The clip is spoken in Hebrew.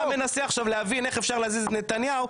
אתה מנסה עכשיו להבין איך אפשר להזיז את נתניהו,